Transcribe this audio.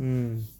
mm